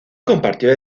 compartió